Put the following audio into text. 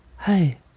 hey